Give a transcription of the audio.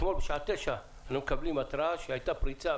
אתמול בשעה 21:00 אנחנו מקבלים התרעה שהייתה פריצה,